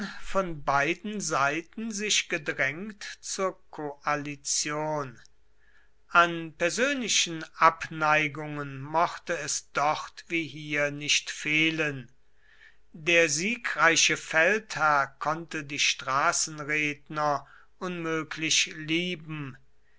von beiden seiten sich gedrängt zur koalition an persönlichen abneigungen mochte es dort wie hier nicht fehlen der siegreiche feldherr konnte die straßenredner unmöglich lieben